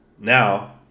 Now